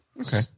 okay